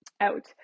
out